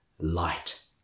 light